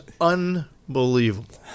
unbelievable